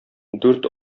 дүрт